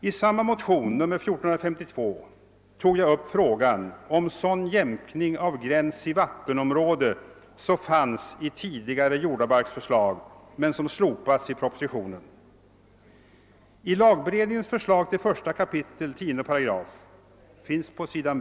I samma motion, nr 1452, tog jag upp frågan om sådan jämkning av gräns i vattenområde som fanns i tidigare jordabalksförslag men som slopats i propositionen. I lagberedningens förslag till 1 kap. 10 8 — som återges på s.